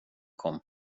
kom